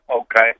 Okay